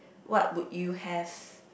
what would you have